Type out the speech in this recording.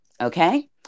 okay